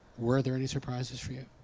were there any surprises for you?